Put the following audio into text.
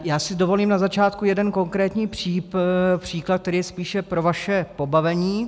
Já si dovolím na začátku jeden konkrétní příklad, který je spíše pro vaše pobavení.